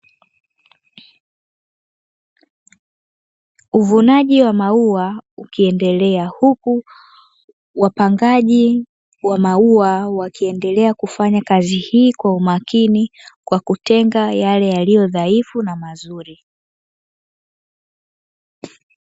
Uvunaji wa maua ukiendelea, huku wapangaji wa maua wakiendelea kufanya kazi hii kwa umakini, kwa kutenga yale yaliyo dhaifu na mazuri.